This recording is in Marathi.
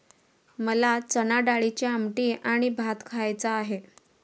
मला चणाडाळीची आमटी आणि भात खायचा आहे